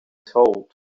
told